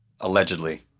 Allegedly